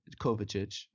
Kovacic